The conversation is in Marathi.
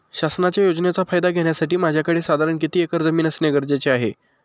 शासनाच्या योजनेचा फायदा घेण्यासाठी माझ्याकडे साधारण किती एकर जमीन असणे गरजेचे आहे?